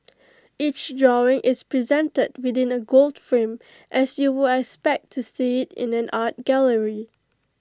each drawing is presented within A gold frame as you would expect to see in an art gallery